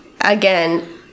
Again